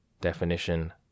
Definition